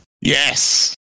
Yes